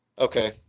Okay